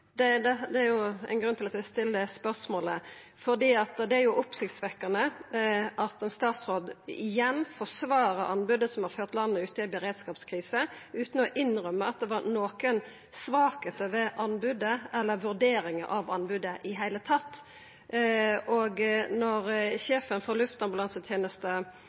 Det er ein grunn til at eg stiller spørsmålet. For det er oppsiktsvekkjande at ein statsråd igjen forsvarer anbodet som har ført landet ut i ei beredskapskrise, utan i det heile å innrømma at det var nokre veikskapar ved anbodet eller vurderingane av anbodet.